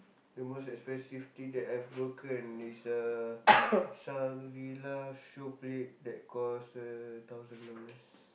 the most expensive thing that I've broken is uh Shangri-La show plate that cost a thousand dollars